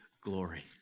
glory